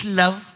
love